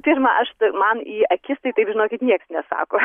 pirma aš man į akis tai taip žinokit nieks nesako